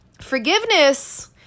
Forgiveness